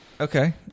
Okay